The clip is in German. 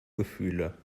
gefühle